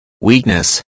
weakness